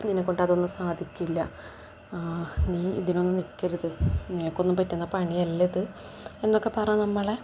നിന്നെക്കൊണ്ട് അതൊന്നും സാധിക്കില്ല നീ ഇതിനൊന്ന് നിൽക്കരുത് നിനക്കൊന്നും പറ്റുന്ന പണിയല്ലിത് എന്നൊക്കെ പറഞ്ഞ് നമ്മളെ